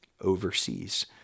overseas